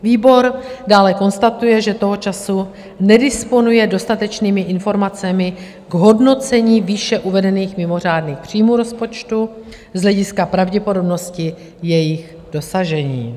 Výbor dále konstatuje, že toho času nedisponuje dostatečnými informacemi k hodnocení výše uvedených mimořádných příjmů rozpočtu z hlediska pravděpodobnosti jejich dosažení.